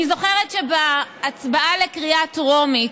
אני זוכרת שבהצבעה לקריאה טרומית,